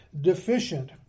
deficient